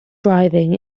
driving